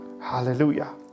Hallelujah